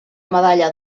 medalla